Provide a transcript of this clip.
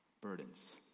burdens